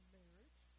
marriage